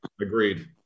Agreed